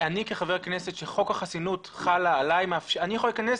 אני כחבר כנסת שחוק החסינות חל עליי יכול להיכנס